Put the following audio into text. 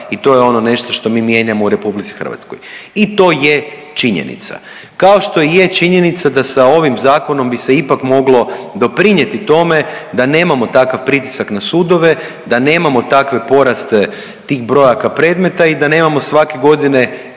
i to je ono nešto što mi mijenjamo u RH i to je činjenica, kao što i je činjenica da sa ovim zakonom bi se ipak moglo doprinjeti tome da nemamo takav pritisak na sudove, da nemamo takve poraste tih brojaka predmeta i da nemamo svake godine